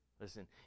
Listen